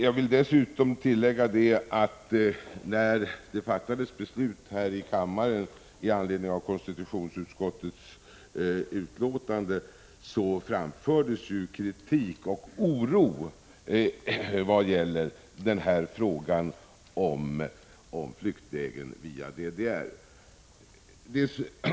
Jag vill dessutom tillägga, att när det fattades beslut här i kammaren i anledning av konstitutionsutskottets betänkande, framfördes kritik och oro vad gäller frågan om flyktväg via DDR.